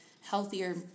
healthier